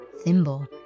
Thimble